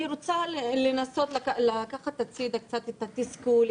אני רוצה לנסות לקחת קצת הצידה את התסכול,